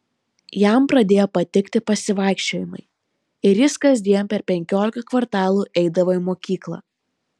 jam pradėjo patikti pasivaikščiojimai ir jis kasdien per penkiolika kvartalų eidavo į mokyklą